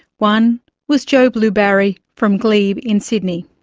one was joe blue barry from glebe in sydney.